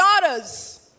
daughters